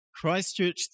Christchurch